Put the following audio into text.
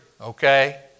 Okay